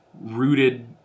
rooted